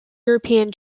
european